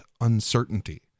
uncertainty